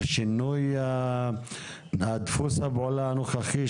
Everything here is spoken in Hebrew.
על שינוי בדפוס הפעולה הנוכחי,